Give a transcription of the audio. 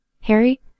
Harry